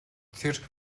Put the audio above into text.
тэр